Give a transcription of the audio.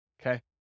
Okay